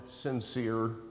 sincere